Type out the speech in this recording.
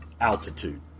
altitude